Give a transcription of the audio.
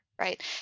Right